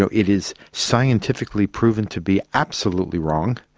so it is scientifically proven to be absolutely wrong,